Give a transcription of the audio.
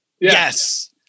Yes